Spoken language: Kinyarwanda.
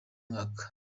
mwaka